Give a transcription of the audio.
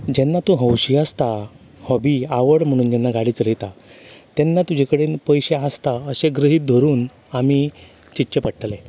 जेन्ना तूं हौशी आसता हॉबी आवड म्हणून जेन्ना गाडी चलयता तेन्ना तुजे कडेन पयशे आसता अशें गृहीत धरून आमी चिंतचें पडटलें